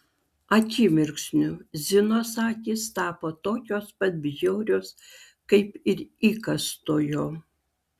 akimirksniu zinos akys tapo tokios pat bjaurios kaip ir įkąstojo